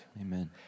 Amen